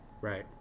Right